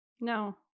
no